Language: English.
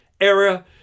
era